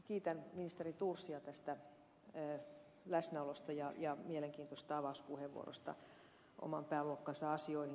kiitän ministeri thorsia läsnäolosta ja mielenkiintoisesta avauspuheenvuorosta oman pääluokkansa asioihin